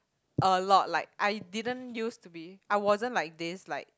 a lot like I didn't used to be I wasn't like this like